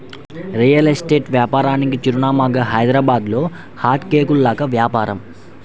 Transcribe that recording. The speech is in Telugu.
రియల్ ఎస్టేట్ వ్యాపారానికి చిరునామాగా హైదరాబాద్లో హాట్ కేకుల్లాగా వ్యాపారం